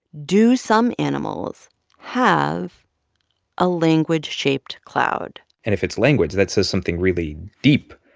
do some animals have a language-shaped cloud? and if it's language, that says something really deep,